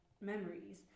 memories